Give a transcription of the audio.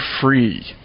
free